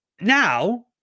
Now